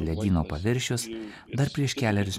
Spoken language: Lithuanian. ledyno paviršius dar prieš kelerius